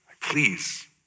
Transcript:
Please